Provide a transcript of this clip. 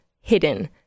hidden